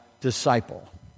disciple